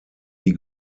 die